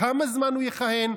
כמה זמן הוא יכהן,